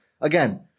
Again